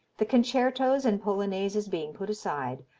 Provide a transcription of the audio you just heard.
the concertos and polonaises being put aside,